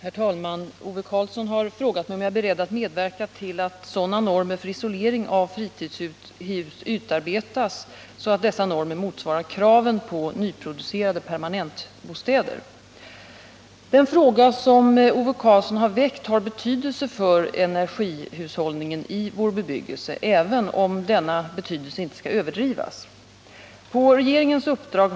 Fritidshusbebyggelsen i landet ökar kraftigt. Fritidshus som används året runt blir också allt vanligare. I fjällområdena byggs ett mycket stort antal fritidshus som används en stor del av året. Det borde vara naturligt att klara och entydiga bestämmelser utformades för hur isoleringen av fritidshus skall vara.